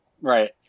Right